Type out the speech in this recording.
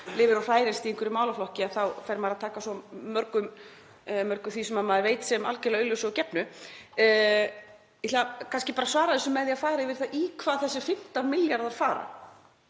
lifir og hrærist í einhverjum málaflokki þá fer maður að taka svo mörgu því sem maður veit sem algerlega augljósu og gefnu. Ég ætla kannski bara að svara þessu með því að fara yfir það í hvað þessir 15 milljarðar fara.